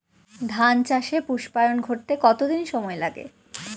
ধান চাষে পুস্পায়ন ঘটতে কতো দিন সময় লাগে?